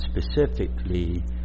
specifically